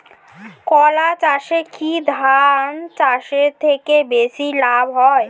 কলা চাষে কী ধান চাষের থেকে বেশী লাভ হয়?